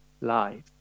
life